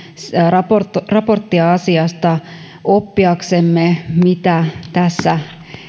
raporttia raporttia oppiaksemme mitä tässä